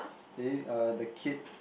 K uh the kid